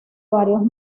varios